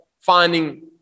finding